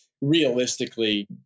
realistically